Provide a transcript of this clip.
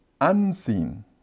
unseen